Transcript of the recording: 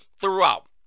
throughout